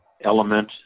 element